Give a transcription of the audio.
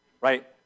Right